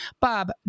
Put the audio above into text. Bob